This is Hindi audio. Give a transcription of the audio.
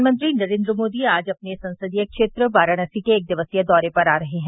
प्रधानमंत्री नरेन्द्र मोदी आज अपने संसदीय क्षेत्र वाराणसी के एक दिवसीय दौरे पर आ रहे हैं